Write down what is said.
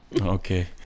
okay